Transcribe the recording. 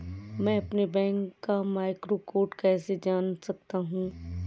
मैं अपने बैंक का मैक्रो कोड कैसे जान सकता हूँ?